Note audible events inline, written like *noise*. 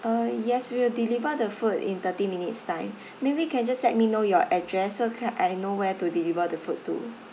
uh yes we'll deliver the food in thirty minutes time *breath* maybe can just let me know your address so ca~ I know where to deliver the food to